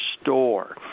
store